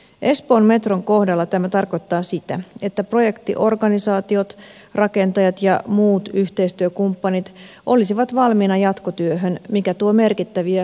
espoon metron kohdalla tämä tarkoittaa sitä että projektiorganisaatiot rakentajat ja muut yhteistyökumppanit olisivat valmiina jatkotyöhön mikä tuo merkittäviä kustannussäästöjä